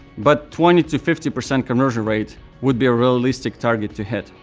but twenty to fifty percent conversion rate would be a realistic target to hit.